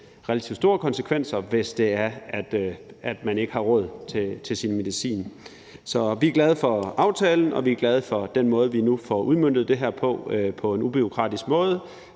relativt store konsekvenser, f.eks. hvis man ikke råd til sin medicin. Så vi er glade for aftalen, og vi er glade for den måde, vi nu får udmøntet det her på på en ubureaukratisk måde.